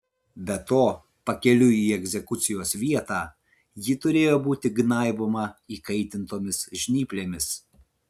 be to pakeliui į egzekucijos vietą ji turėjo būti gnaiboma įkaitintomis žnyplėmis